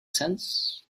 sense